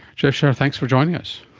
jeff szer, and thanks for joining us.